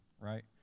right